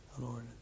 Lord